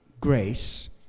grace